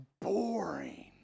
boring